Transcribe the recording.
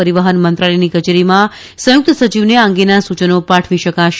પરિવહન મંત્રાલયની કચેરીમાં સંયુક્ત સચિવને આ અંગેનાં સૂયનો પાઠવી શકાશે